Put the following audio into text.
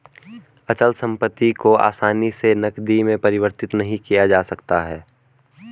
अचल संपत्ति को आसानी से नगदी में परिवर्तित नहीं किया जा सकता है